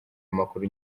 amakuru